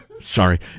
sorry